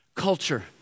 culture